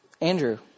Andrew